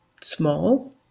small